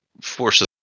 forces